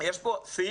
יש פה סעיף,